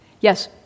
Yes